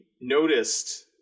noticed